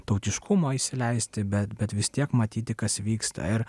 tautiškumo įsileisti bet bet vis tiek matyti kas vyksta ir